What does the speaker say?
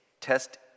test